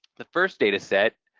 the first data set,